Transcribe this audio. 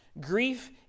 Grief